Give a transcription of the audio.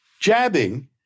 jabbing